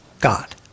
God